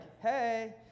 hey